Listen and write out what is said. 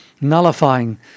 nullifying